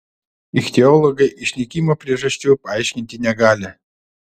ichtiologai išnykimo priežasčių paaiškinti negali